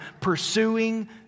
pursuing